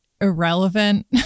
irrelevant